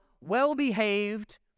well-behaved